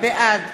בעד